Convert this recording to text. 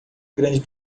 grande